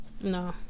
no